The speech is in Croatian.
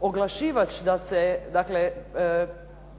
Oglašivač